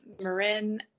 marin